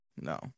No